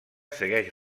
segueix